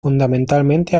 fundamentalmente